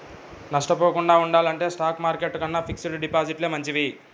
నష్టపోకుండా ఉండాలంటే stock market కన్నా ఫిక్స్డ్ డిపాజిట్లే మంచివి